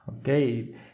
okay